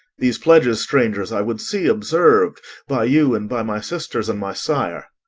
these pledges, strangers, i would see observed by you and by my sisters and my sire.